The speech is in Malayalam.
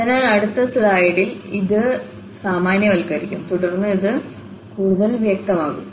അതിനാൽ അടുത്ത സ്ലൈഡിൽ ഇത് സാമാന്യവൽക്കരിക്കും തുടർന്ന് ഇത് കൂടുതൽ വ്യക്തമാകും